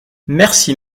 merci